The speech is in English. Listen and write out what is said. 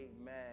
amen